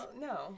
No